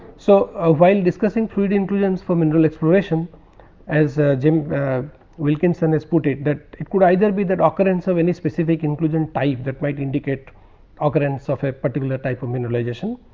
so ah while discussing fluid inclusions for mineral exploration as a um wilkinson has put it that it could either be that occurrence of any specific inclusion type that quite indicate occurrence of a particular type of mineralization.